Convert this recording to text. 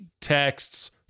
texts